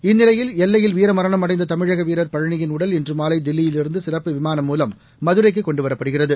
இந்நிலையில் எல்லையில் வீரமரணம் அடைந்த தமிழக வீரர் பழனியின் உடல் இன்று மாலை தில்லியிலிருந்து சிறப்பு விமானம் மூலம் மதுரைக்கு கொண்டுவரப்படுகிறது